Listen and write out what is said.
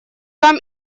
там